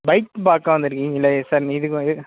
bike பார்க்க வந்திருக்கீங்களே sir இது வந்து